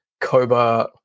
Cobra